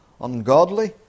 ungodly